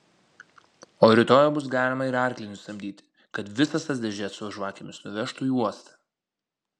o rytoj jau bus galima ir arklį nusisamdyti kad visas tas dėžes su žvakėmis nuvežtų į uostą